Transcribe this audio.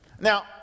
Now